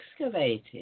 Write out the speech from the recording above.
excavated